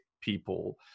people